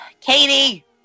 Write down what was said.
Katie